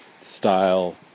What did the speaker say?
style